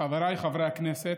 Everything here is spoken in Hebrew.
חבריי חברי הכנסת,